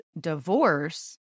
divorce